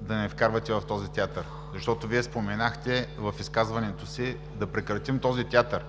да ни вкарвате в този театър. Вие споменахте в изказването си: „Да прекратим този театър!“